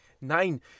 Nein